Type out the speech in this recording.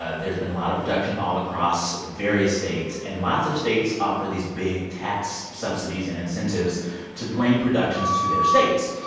ah there's been a lot of production all across various states, and lots of states offer these big tax subsidies and incentives to bring productions to their states.